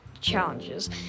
challenges